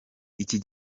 iki